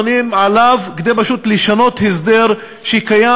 בונים עליו כדי פשוט לשנות הסדר שקיים